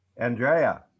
Andrea